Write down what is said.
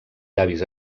llavis